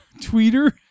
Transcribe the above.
Tweeter